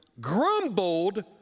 grumbled